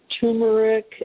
turmeric